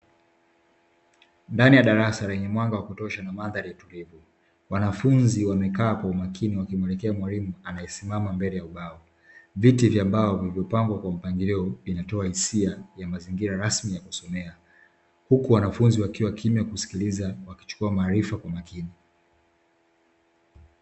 Ndani ya darasa lenye mwanga wa kutosha na mandhari tulivu. Wanafunzi wamekaa kwa umakini wakimwelekea mwalimu anayesimama mbele ya ubao. Viti vya mbao vilivyopangwa kwa mpangilio, vinatoa hisia ya mazingira rasmi ya kusomea, huku wanafunzi wakiwa kimya kuskiliza, wakichukua maarifa kwa makini.